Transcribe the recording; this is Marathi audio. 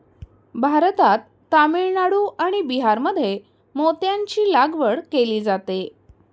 भारतात तामिळनाडू आणि बिहारमध्ये मोत्यांची लागवड केली जाते